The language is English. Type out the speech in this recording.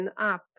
up